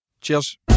Cheers